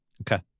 okay